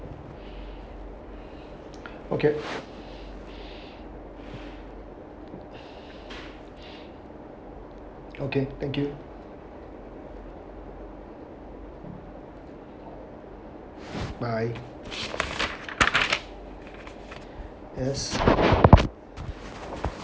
okay okay thank you bye yes